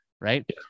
right